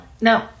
no